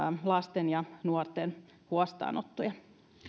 lasten ja nuorten huostaanottoja